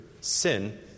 sin